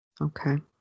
Okay